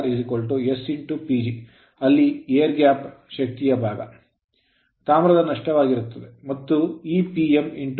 ನಮ್ಮ ಲ್ಲಿರುವಂತೆ Pcr s PG ಅಲ್ಲಿ air gap ಗಾಳಿಯ ಅಂತರದ ಶಕ್ತಿಯ ಭಾಗ ತಾಮ್ರದ ನಷ್ಟವಾಗಿರುತ್ತದೆ ಮತ್ತು ಈ Pm ಉಳಿದ air gap air gap power PG